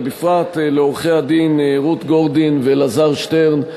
ובפרט לעורכי-הדין רות גורדין ואלעזר שטרן,